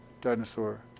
dinosaur